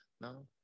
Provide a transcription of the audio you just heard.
No